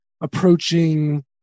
approaching